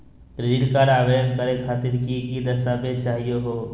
Credit card आवेदन करे खातिर की की दस्तावेज चाहीयो हो?